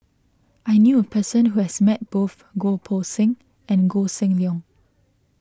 I knew a person who has met both Goh Poh Seng and Koh Seng Leong